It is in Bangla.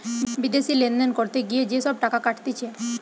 বিদেশি লেনদেন করতে গিয়ে যে সব টাকা কাটতিছে